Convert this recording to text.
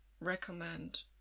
recommend